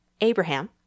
Abraham